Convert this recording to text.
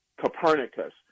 Copernicus